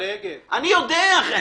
אני מנסה להגיע